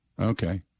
Okay